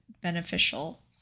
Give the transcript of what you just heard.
beneficial